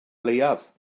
leiaf